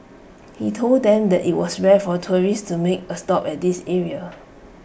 he told them that IT was rare for tourists to make A stop at this area